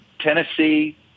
Tennessee